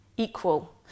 equal